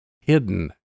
hidden